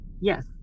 Yes